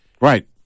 Right